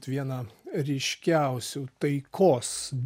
viena ryškiausių taikos